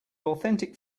authentic